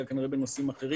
אלא כנראה בנושאים אחרים